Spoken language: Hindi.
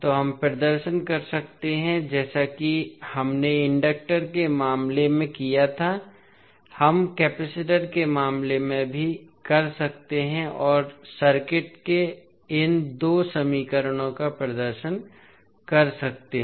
तो हम प्रदर्शन कर सकते हैं जैसा कि हमने इंडक्टर के मामले में किया था हम कपैसिटर के मामले में भी कर सकते हैं और सर्किट में इन दो समीकरणों का प्रदर्शन कर सकते हैं